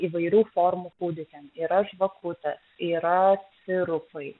įvairių formų kūdikiam yra žvakutės yra sirupai